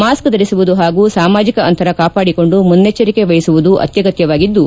mask ಧರಿಸುವುದು ಹಾಗೂ ಸಾಮಾಜಿಕ ಅಂತರ ಕಾಪಾಡಿಕೊಂಡು ಮುನೈಟ್ಗರಿಕೆ ವಹಿಸುವುದು ಅತ್ಯಗತ್ವವಾಗಿದ್ದು